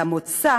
למוצא